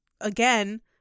again